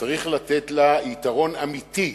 צריך לתת לה יתרון אמיתי,